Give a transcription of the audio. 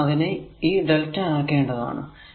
നമുക്ക് അതിനെ lrmΔ ആക്കേണ്ടതാണ്